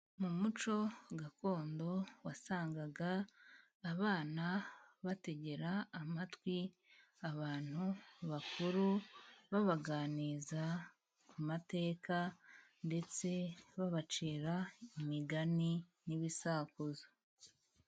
Mu muco gakondo, wasangaga abana bategera amatwi abantu bakuru, babaganiriza ku amateka, ndetse babacira imigani n'ibisakuzo.